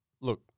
Look